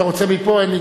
מפה?